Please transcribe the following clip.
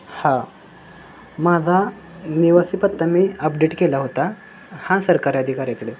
हां माझा निवासी पत्ता मी अपडेट केला होता हां सरकारी अधिकाऱ्याकडे